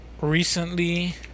recently